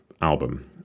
album